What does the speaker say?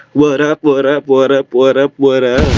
what up what up what up what up what up?